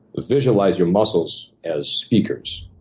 visualize your muscles as speakers.